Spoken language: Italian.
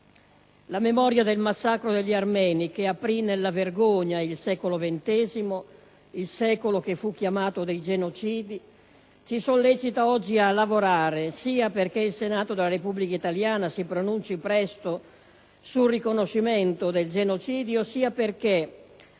La memoria del massacro degli armeni, che aprì nella vergogna il XX secolo, che fu chiamato il secolo dei genocidi, ci sollecita oggi a lavorare sia perché il Senato della Repubblica italiana si pronunci presto sul riconoscimento del genocidio, sia perché